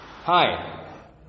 Hi